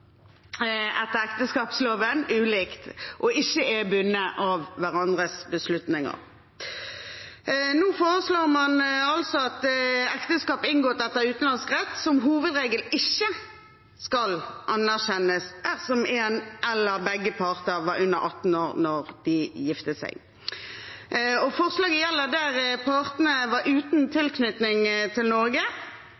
etter ekteskapsloven ulikt, og ikke er bundet av hverandres beslutninger. Nå foreslår man at ekteskap inngått etter utenlandsk rett som hovedregel ikke skal anerkjennes dersom en part eller begge parter var under 18 år da de giftet seg. Forslaget gjelder der partene var uten